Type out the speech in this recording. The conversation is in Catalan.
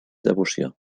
devoció